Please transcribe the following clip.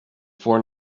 for